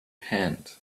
hand